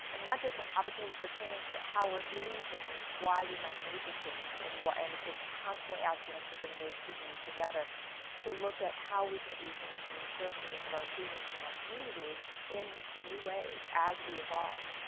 not just opportunities for change but how we're doing things, why we might need to change, and, and it's constantly asking us to bring those two things together to look at how we can do things and serve the needs of our students and our community in new ways as we evolve.